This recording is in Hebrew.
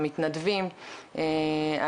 המתנדבים,